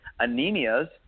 anemias